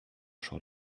short